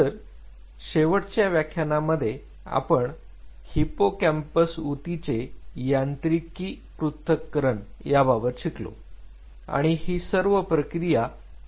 तर शेवटच्या व्याख्यानांमध्ये आपण हिप्पोकॅम्पस ऊतिचे यांत्रिकी पृथक्करण याबाबत शिकलो आणि ही सर्व प्रक्रिया एक सारखी आहे